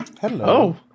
Hello